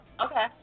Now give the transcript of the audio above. Okay